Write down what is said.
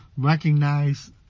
Recognize